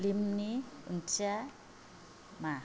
ब्लिमनि ओंथिया मा